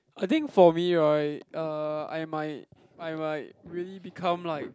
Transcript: I think for me right uh I might I might really become like